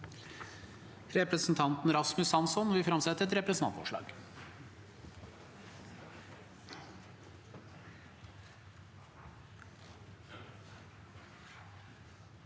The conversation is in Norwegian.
Representanten Rasmus Hansson vil framsette et representantforslag.